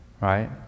right